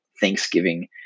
Thanksgiving